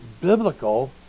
biblical